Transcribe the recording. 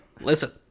listen